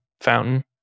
fountain